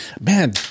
Man